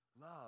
Love